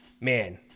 man